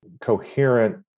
coherent